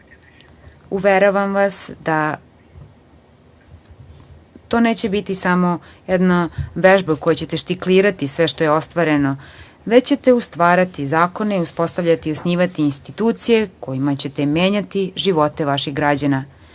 građana. Uveravam vas da to neće biti samo jedna vežba kojom ćete štiklirati sve što je ostvareno, već ćete stvarati zakone i osnivati institucije, kojima ćete menjati živote vaših